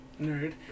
nerd